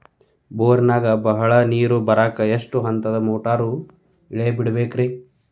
ಬೋರಿನಾಗ ಬಹಳ ನೇರು ಬರಾಕ ಎಷ್ಟು ಹಂತದ ಮೋಟಾರ್ ಇಳೆ ಬಿಡಬೇಕು ರಿ?